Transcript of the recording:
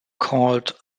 called